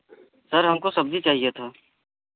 sir हमको सब्ज़ी चाहिए था